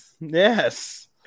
Yes